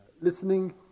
listening